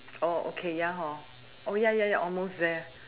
oh okay ya hor oh ya ya ya almost there